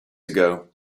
ago